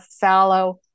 fallow